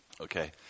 Okay